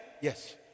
Yes